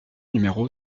numéro